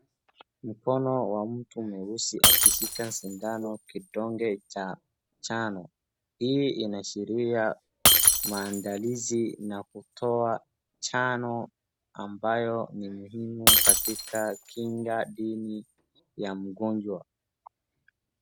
Mkono wa mtu mweusi akishika sindano kidonge cha chano. Hii inashiria maandalizi na kutoa chano ambayo ni muhimu katika kinga dini ya mgonjwa.